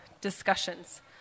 discussions